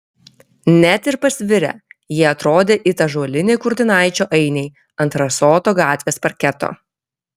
net ir pasvirę jie atrodė it ąžuoliniai kurtinaičio ainiai ant rasoto gatvės parketo